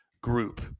group